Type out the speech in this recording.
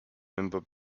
member